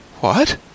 What